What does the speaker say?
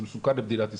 זה מסוכן למדינת ישראל,